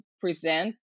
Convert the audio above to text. present